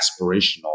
aspirational